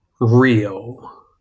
real